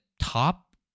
top